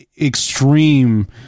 extreme